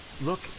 Look